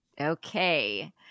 Okay